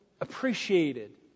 appreciated